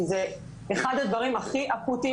כי זה אחד הדברים הכי אקוטיים,